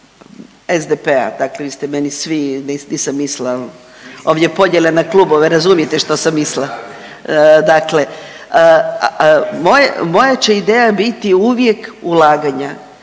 SDP-a. Dakle, vi ste meni svi, nisam mislila ovdje podjela na klubove, razumijete što sam mislila. Dakle, moja će ideja biti uvijek ulaganja,